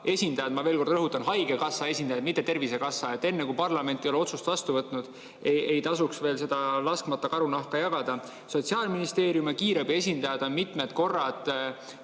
esindajad – ma veel kord rõhutan: haigekassa esindajad, mitte tervisekassa, et enne, kui parlament ei ole otsust vastu võtnud, ei tasuks veel seda laskmata karu nahka jagada –, Sotsiaalministeeriumi ja kiirabi esindajad on mitmed korrad